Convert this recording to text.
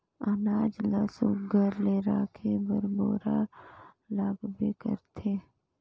अनाज ल सुग्घर ले राखे बर बोरा लागबे करथे